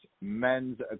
Men's